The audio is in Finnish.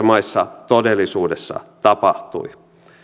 maissa todellisuudessa tapahtui